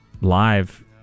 live